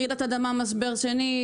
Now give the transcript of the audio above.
רעידת אדמה משבר שני,